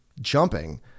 jumping